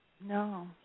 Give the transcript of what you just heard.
No